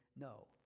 no